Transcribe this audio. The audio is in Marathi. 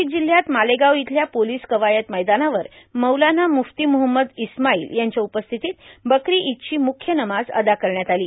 नाशिक जिल्ह्यात मालेगाव इथल्या पोलीस कवायत मैदानावर मौलाना म्रफ्ती मोहम्मद इस्माईल यांच्या उपस्थितीत बकरी ईद ची म्रुख्य नमाज अदा करण्यात आली